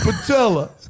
Patella